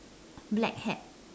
black hat